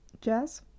jazz